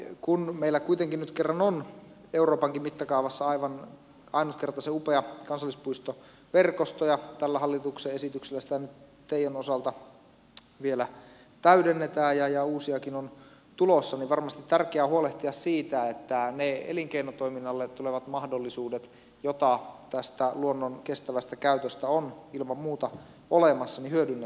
kun meillä kuitenkin nyt kerran on euroopankin mittakaavassa aivan ainutkertaisen upea kansallispuistoverkosto ja tällä hallituksen esityksellä sitä nyt teijon osalta vielä täydennetään ja uusiakin on tulossa niin on varmasti tärkeää huolehtia siitä että ne elinkeinotoiminnalle tulevat mahdollisuudet joita tästä luonnon kestävästä käytöstä on ilman muuta olemassa hyödynnetään